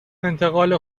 انتقال